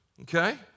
Okay